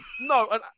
No